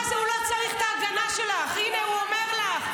הוא לא צריך את ההגנה שלך, הינה, הוא אומר לך.